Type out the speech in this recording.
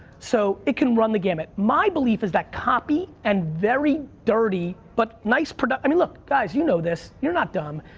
so, it can run the gamut. my belief is that copy and very dirty but nice, but i mean, look, guys, you know this. you're not dumb.